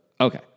Okay